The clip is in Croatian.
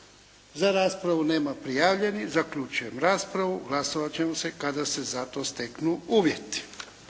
Za raspravu nema prijavljenih. Zaključujem raspravu. Glasovati ćemo kada se za to steknu uvjeti.